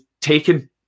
taken